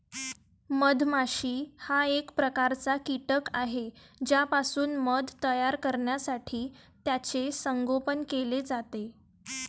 मधमाशी हा एक प्रकारचा कीटक आहे ज्यापासून मध तयार करण्यासाठी त्याचे संगोपन केले जाते